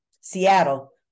Seattle